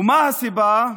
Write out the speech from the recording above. ומה הסיבה?